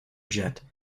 jet